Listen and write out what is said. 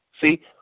see